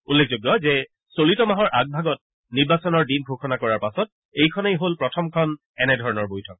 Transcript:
উল্লেখযোগ্য যে চলিত মাহৰ আগভাগত নিৰ্বাচনৰ দিন ঘোষণা কৰাৰ পাছত এইখনেই হল প্ৰথমখন এনে ধৰণৰ বৈঠক